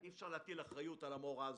אי אפשר להטיל אחריות על המורה.